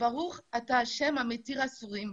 האומרת ברוך אתה ה' המתיר אסורים.